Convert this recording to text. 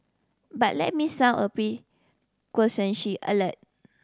but let me sound a alert